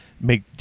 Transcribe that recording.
make